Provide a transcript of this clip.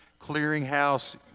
clearinghouse